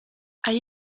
are